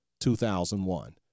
2001